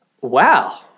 wow